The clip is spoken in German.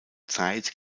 zeit